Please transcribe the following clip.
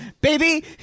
Baby